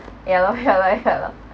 yeah loh yeah loh yeah loh